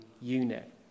unit